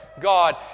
God